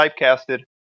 Typecasted